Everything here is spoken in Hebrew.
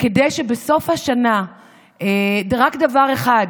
כדי שבסוף השנה רק דבר אחד